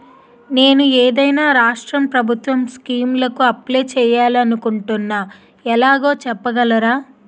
నేను ఏదైనా రాష్ట్రం ప్రభుత్వం స్కీం కు అప్లై చేయాలి అనుకుంటున్నా ఎలాగో చెప్పగలరా?